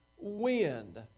wind